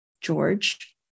george